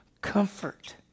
comfort